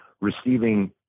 receiving